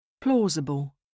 Plausible